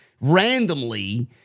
randomly